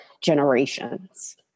generations